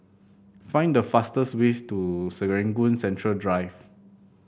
find the fastest ways to Serangoon Central Drive